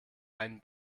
einen